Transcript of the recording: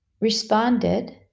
responded